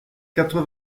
quatre